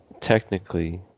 technically